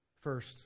First